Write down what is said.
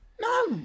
No